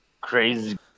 Crazy